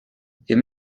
wir